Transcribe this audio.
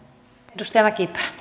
arvoisa puhemies